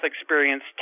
experience